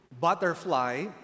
butterfly